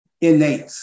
innate